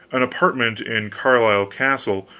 an apartment in carlisle castle,